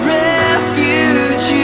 refuge